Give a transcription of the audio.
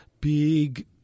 big